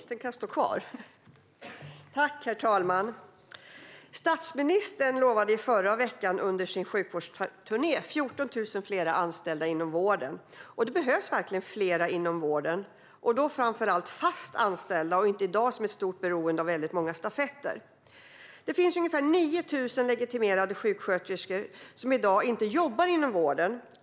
Herr talman! Statsministern lovade i förra veckan under sin sjukvårdsturné 14 000 fler anställda inom vården. Det behövs verkligen fler inom vården, och då framför allt fast anställda. I dag är man beroende av väldigt många stafetter. Det är ungefär 9 000 legitimerade sjuksköterskor som i dag inte jobbar inom vården.